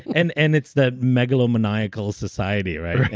and and it's the megalomaniacal society, right?